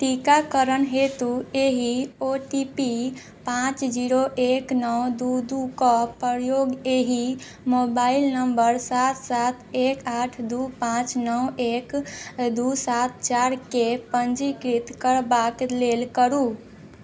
टीकाकरण हेतु एहि ओ टी पी पांँच जीरो एक नओ दू दू कऽ प्रयोग एहि मोबाइल नंबर सात सात एक आठ दू पांँच नओ एक दू सात चारि के पञ्जीकृत करबाक लेल करू